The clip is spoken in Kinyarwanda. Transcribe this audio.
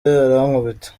arankubita